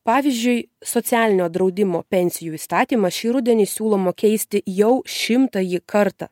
pavyzdžiui socialinio draudimo pensijų įstatymą šį rudenį siūloma keisti jau šimtąjį kartą